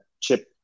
chip